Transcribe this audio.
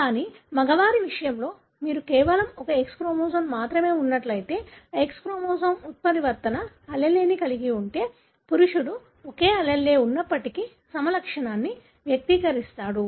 కానీ మగవారి విషయంలో మీకు కేవలం ఒక X క్రోమోజోమ్ మాత్రమే ఉన్నట్లయితే ఆ X క్రోమోజోమ్ ఉత్పరివర్తన allele ని కలిగి ఉంటే పురుషుడు ఒకే allele ఉన్నప్పటికీ సమలక్షణాన్ని వ్యక్తీకరిస్తాడు